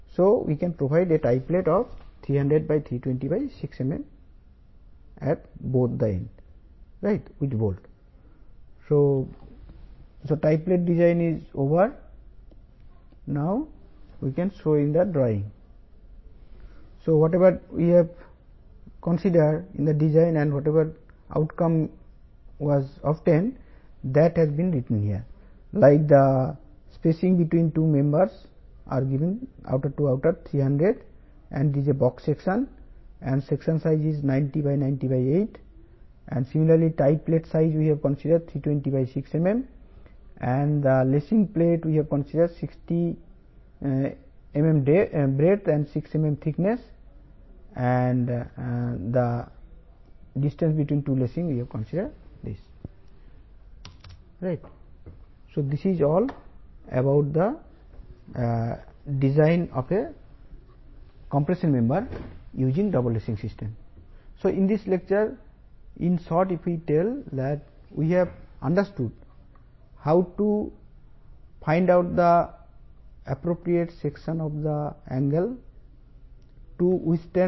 కాబట్టి ఈ లెక్చర్ లో ఇచ్చిన భారాన్ని తట్టుకోవటానికి యాంగిల్ యొక్క తగిన సెక్షన్ ను ఎలా కనుగొనాలో మనం అర్థం చేసుకున్నాము అప్పుడు అంత భారాన్ని తట్టుకోవటానికి రెండు దిశలలో రెండు యాంగిల్స్ మధ్య దూరాన్ని ఎలా కనుగొనాలో మరియు తరువాత డబుల్ లేసింగ్ ఉపయోగించి లేసింగ్ సిస్టమ్ ఎలా రూపకల్పన చేయాలో చూసాము